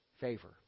favor